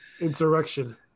Insurrection